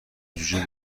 جوجه